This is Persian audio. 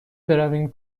برویم